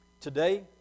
today